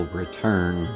return